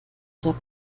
der